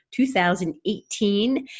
2018